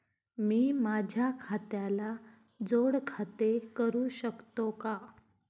मी माझ्या खात्याला जोड खाते करू शकतो का?